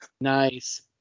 Nice